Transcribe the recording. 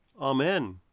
Amen